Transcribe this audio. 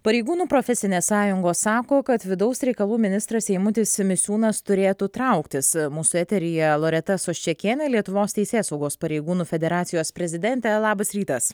pareigūnų profesinės sąjungos sako kad vidaus reikalų ministras eimutis misiūnas turėtų trauktis mūsų eteryje loreta soščekienė lietuvos teisėsaugos pareigūnų federacijos prezidentė labas rytas